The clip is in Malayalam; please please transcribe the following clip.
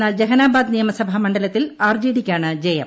എന്നാൽ ജഹനാബാദ് നിയമസഭാ മണ്ഡലത്തിൽ ആർ ജെ ഡിയ്ക്കാണ് ജയം